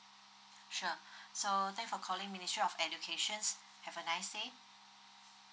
sure so thanks for calling ministry of educations have a nice day